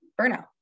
burnout